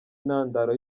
intandaro